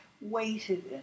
waited